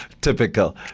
Typical